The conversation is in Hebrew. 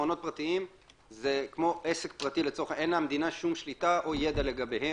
מעונות פרטיים - אין למדינה שום שליטה או ידע לגביהם,